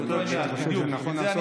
ואני אענה לך על שתיהן ביחד,